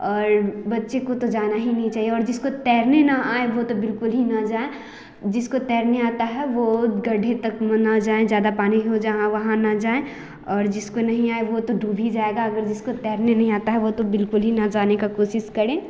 और बच्चे को तो जाना ही नहीं चाहिए और जिसको तैरने न आएँ हो तो बिल्कुल ना जाएँ जिसको तैरने आता है वो गड्डे तक न जाए ज़्यादा पानी हो जहाँ वहाँ न जाएँ और जिसको नहीं आए वह तो डूब ही जाएगा अगर वो जिसको तैरना नहीं आता है वो तो बिल्कुल भी न जाने का कोशिश करें